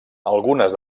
algunes